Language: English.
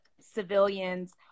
civilians